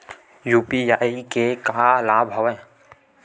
UPI के का का लाभ हवय?